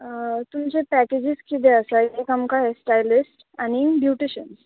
तुमचे पॅकेजीस किदें आसा एक आमकां हेरस्टायलिस्ट आनी ब्युटिशन्स